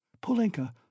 Polenka